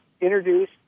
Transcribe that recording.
introduce